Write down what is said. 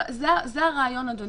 זה הרעיון, אדוני.